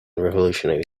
revolutionary